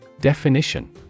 Definition